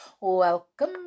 welcome